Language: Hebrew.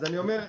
אז אני אומר: